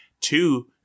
Two